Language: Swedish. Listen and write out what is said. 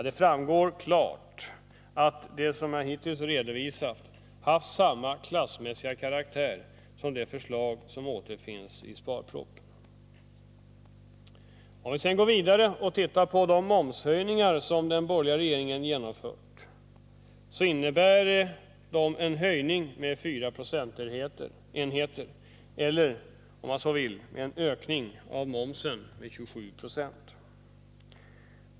Det framgår ganska klart att det som jag hittills redovisat haft samma klassmässiga karaktär som de förslag som återfinns i sparpropositionen. Om vi sedan går vidare och tittar på de momshöjningar som de borgerliga regeringarna genomfört, finner vi att dessa inneburit en höjning med 4 procentenheter eller, om man så vill, en ökning av momsen med 27 96.